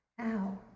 Ow